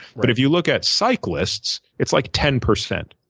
but if you look at cyclists, it's like ten percent.